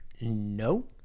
no